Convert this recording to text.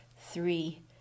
three